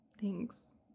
Thanks